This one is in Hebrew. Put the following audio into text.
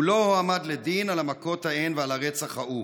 הוא לא הועמד לדין על המכות ההן ועל הרצח ההוא.